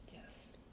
Yes